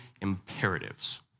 imperatives